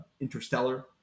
Interstellar